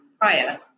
prior